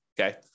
okay